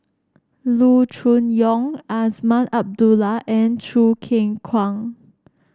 Loo Choon Yong Azman Abdullah and Choo Keng Kwang